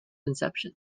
inception